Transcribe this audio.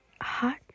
hot